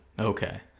Okay